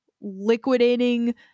liquidating